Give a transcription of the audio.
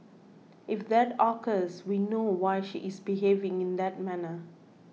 if that occurs we know why she is behaving in that manner